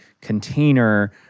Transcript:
container